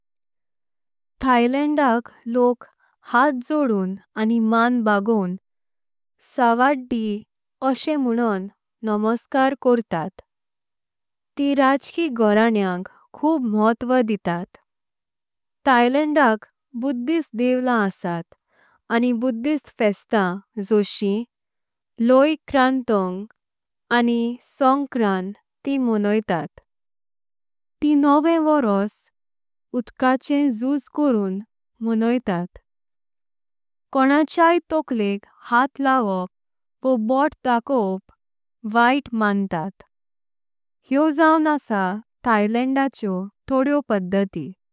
थायलँडाक लोक हात जोडून आनि मान बगवून। सवाटदी अशी म्हूनू नमन करतात तिं राजकी। घोराण्यांक खूब महत्व दीतात थायलँडाक बौद्ध। देवळां असात आनि बौद्ध फेस्तो जशिन लोय। क्रथोङ आनि सॉङक्रान तिं मणयतात तिं नवव। वर्स उदकाचे झुज करून मणयतात क्न्णाच्या। ई तोकले क्त्थ लावप वा बोट धाकवप वैत्त मंयतात। हेव जावन असा थायलँडाच्या तोडेव पदतिं।